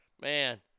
man